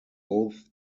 both